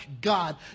God